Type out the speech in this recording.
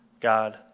God